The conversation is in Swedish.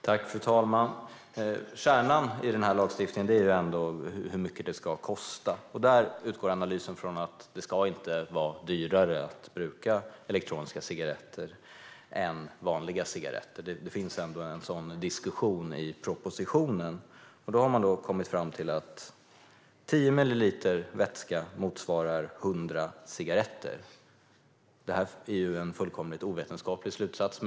Fru talman! Kärnan i den här lagstiftningen är ändå hur mycket det ska kosta. Där utgår analysen från att det inte ska vara dyrare att bruka elektroniska cigaretter än att bruka vanliga cigaretter. Det finns ändå en sådan diskussion i propositionen. Då har man kommit fram till att 10 milliliter vätska motsvarar 100 cigaretter. Det är ju en fullkomligt ovetenskaplig slutsats.